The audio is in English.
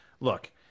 Look